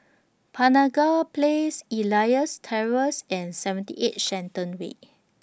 Penaga Place Elias Terrace and seventy eight Shenton Way